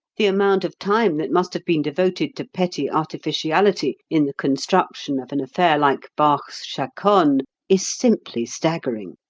the amount of time that must have been devoted to petty artificiality in the construction of an affair like bach's chaconne is simply staggering.